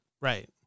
Right